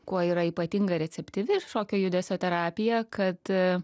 kuo yra ypatinga receptyvi šokio judesio terapija kad